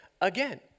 again